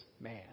man